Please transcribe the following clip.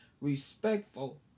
respectful